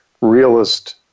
realist